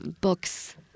books